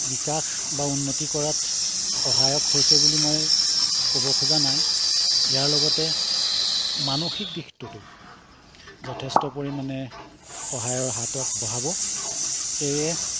বিকাশ বা উন্নতি কৰাত সহায়ক হৈছে বুলি মই ক'ব খোজা নাই ইয়াৰ লগতে মানসিক দিশটোতো যথেষ্ট পৰিমাণে সহায়ৰ হাত আগবঢ়াব সেয়ে